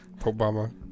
Obama